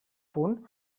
punt